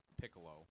Piccolo